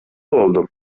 болдум